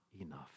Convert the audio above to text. enough